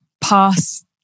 pass